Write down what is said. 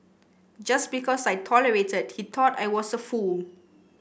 just because I tolerated he thought I was a fool